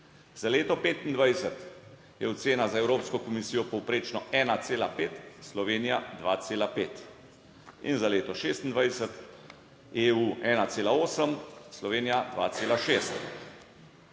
Za leto 2025 je ocena za Evropsko komisijo povprečno 1,5, Slovenija 2,5 in za leto 2026 EU 1,8, Slovenija 2,6.